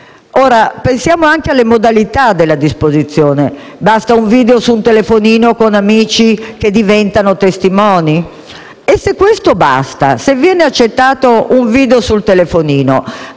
Pensiamo anche alle modalità della disposizione: basta un video su un telefonino con amici che diventano testimoni? E se questo basta, se viene accettato un video sul telefonino,